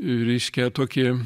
reiškia tokį